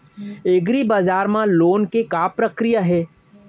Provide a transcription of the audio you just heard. एग्रीबजार मा लोन के का प्रक्रिया हे?